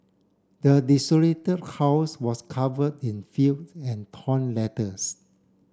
the desolated house was covered in filth and torn letters